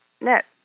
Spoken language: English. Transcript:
net